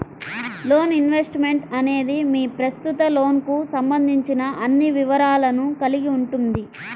loan statement అనేది మీ ప్రస్తుత లోన్కు సంబంధించిన అన్ని వివరాలను కలిగి ఉంటుంది